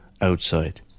outside